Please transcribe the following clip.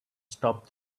stop